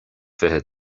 fiche